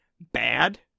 bad